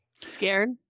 scared